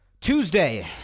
Tuesday